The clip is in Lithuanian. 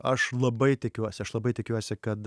aš labai tikiuosi aš labai tikiuosi kad